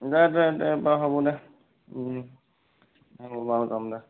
দে দে বাৰু হ'ব দে বাৰু যাম দে